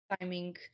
timing